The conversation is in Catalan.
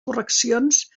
correccions